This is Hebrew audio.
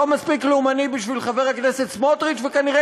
לא מספיק לאומני בשביל חבר הכנסת סמוטריץ וכנראה